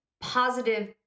positive